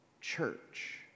church